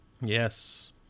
Yes